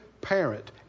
parent